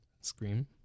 Scream